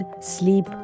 sleep